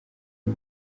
iyo